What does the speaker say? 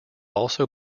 also